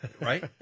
right